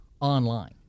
online